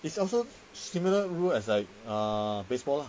is also similar rule as like uh baseball lor